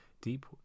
deep